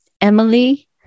Emily